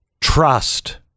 trust